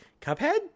Cuphead